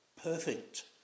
perfect